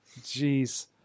Jeez